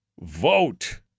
vote